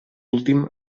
últim